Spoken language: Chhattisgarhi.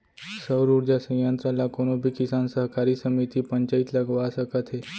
सउर उरजा संयत्र ल कोनो भी किसान, सहकारी समिति, पंचईत लगवा सकत हे